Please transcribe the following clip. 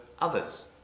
others